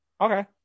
Okay